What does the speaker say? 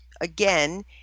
again